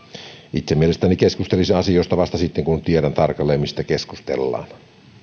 itse mielelläni keskustelisin asioista vasta sitten kun tiedän tarkalleen mistä keskustellaan